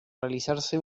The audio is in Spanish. realizarse